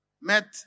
met